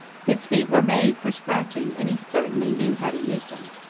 his feet were made for scratching and he certainly knew how to use them.